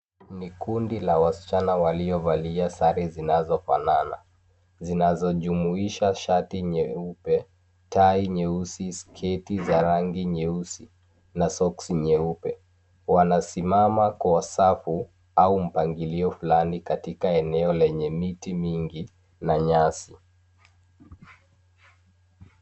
Ni kundi la wasichana waliovalia sare zinazofanana ,zinazojumuisha shati nyeupe, tai nyeusi, sketi za rangi nyeusi na soksi nyeupe. Wanasimama kwa safu au mpangilio fulani katika eneo lenye miti mingi na nyasi.